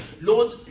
Lord